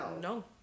No